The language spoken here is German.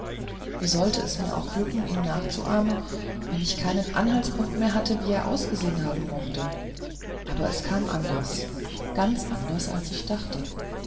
wie sollte es mir auch glücken ihn nachzuahmen wenn ich keinen anhaltspunkt mehr hatte wie er ausgesehen haben mochte aber es kam anders ganz anders als ich dachte